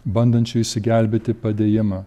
bandančių išsigelbėti padėjimą